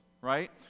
right